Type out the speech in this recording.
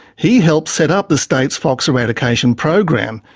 he helped set up the state's fox eradication program.